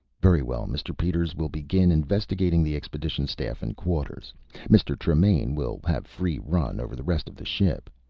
very well. mr. peters will begin investigating the expedition staff and quarters mr. tremaine will have free run over the rest of the ship.